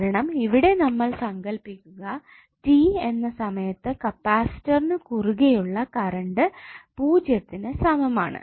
കാരണം ഇവിടെ നമ്മൾ സങ്കൽപ്പിക്കുക റ്റി എന്ന സമയത്ത് കപ്പാസിറ്ററിനു കുറുകെയുള്ള കരണ്ട് പൂജ്യത്തിന് സമമാണെന്ന്